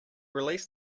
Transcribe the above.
release